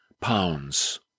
pounds